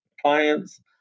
clients